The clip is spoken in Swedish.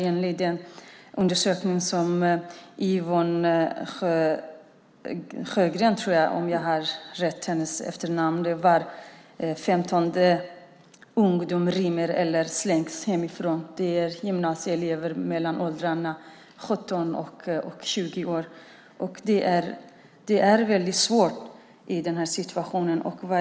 Enligt en undersökning som Yvonne Sjöblom har gjort rymmer var 15:e ungdom eller slängs ut hemifrån. Det är gymnasieelever i åldrarna 17-20 år. Det är väldigt svårt i den här situationen.